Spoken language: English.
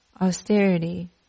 austerity